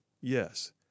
Yes